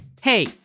Hey